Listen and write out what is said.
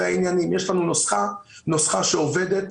יש לנו נוסחה וזאת נוסחה שעובדת,